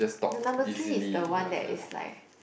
the number three is the one that is like